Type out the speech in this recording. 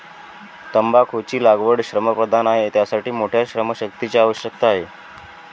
तंबाखूची लागवड श्रमप्रधान आहे, त्यासाठी मोठ्या श्रमशक्तीची आवश्यकता आहे